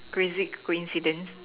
crazy coincidence